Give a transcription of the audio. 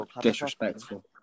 Disrespectful